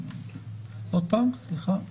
עוד פעם, סליחה.